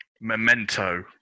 Memento